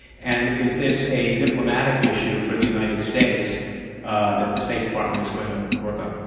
and is this a diplomatic issue for the united states that the state department is going to work on?